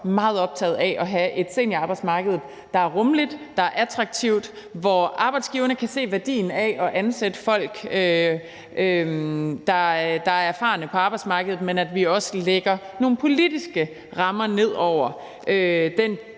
meget optaget af at have et seniorarbejdsmarked, der er rummeligt og attraktivt, og hvor arbejdsgiverne kan se værdien af at ansætte folk, der er erfarne på arbejdsmarkedet, men jo også af, at der bliver lagt nogle politiske rammer for denne